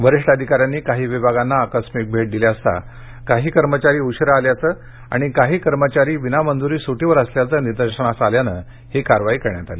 वरिष्ठ अधिकाऱ्यांनी काही विभागांना आकस्मिक भेट दिली असता काही कर्मचारी उशिरा आल्याचे आणि काही कर्मचारी विनामंजूरी सूटीवर असल्याचं निदर्शनास आल्यानं ही कारवाई करण्यात आली